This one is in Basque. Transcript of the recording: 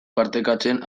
partekatzen